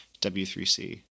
W3C